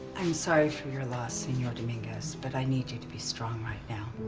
i'm sorry for your loss, sr. dominguez, but i need you to be strong right now.